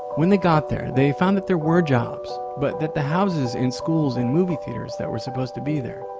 when they got there, they found that there were jobs, but that the houses and schools and movie theaters that were supposed to be there,